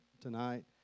tonight